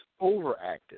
overactive